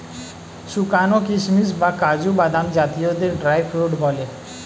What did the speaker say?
শুকানো কিশমিশ বা কাজু বাদাম জাতীয়দের ড্রাই ফ্রুট বলে